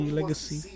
legacy